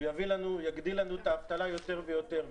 הוא יגדיל לנו את האבטלה יותר ויותר.